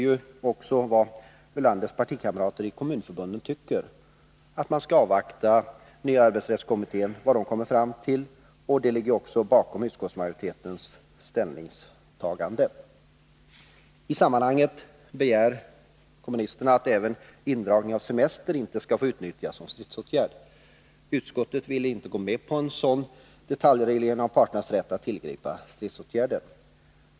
Lars Ulanders partikamrater i kommunförbunden tycker att man skall avvakta vad nya arbetsrättskommittén kommer fram till, och den tanken ligger också bakom utskottsmajoritetens ställningstagande. I sammanhanget begär kommunisterna att indragning av semester inte heller skall få utnyttjas som stridsåtgärd. Utskottet vill inte gå med på en sådan detaljreglering av parternas rätt att tillgripa stridsåtgärder.